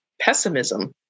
pessimism